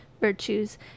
virtues